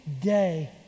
Day